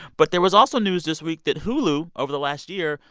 but there was also news this week that hulu, over the last year,